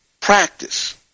practice